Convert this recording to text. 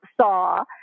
saw